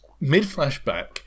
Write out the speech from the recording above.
mid-flashback